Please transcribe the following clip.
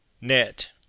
Net